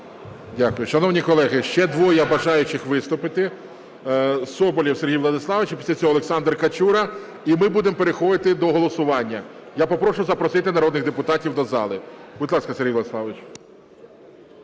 Дякую. Шановні колеги, ще двоє бажаючих виступити: Соболєв Сергій Владиславович і після цього Олександр Качура. І ми будемо переходити до голосування. Я попрошу запросити народних депутатів до зали. Будь ласка, Сергію Владиславовичу.